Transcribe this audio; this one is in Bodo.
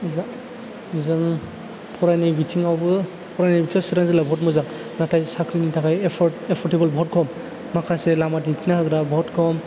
जों फरायनाय बिथिंआवबो फरायनाय बिथिंआव सिरां जिल्लाया बहुद मोजां नाथाय साख्रिनि थाखाय एपरटेबोल बहुद खम माखासे लामा दिन्थिना होग्रा बहुद खम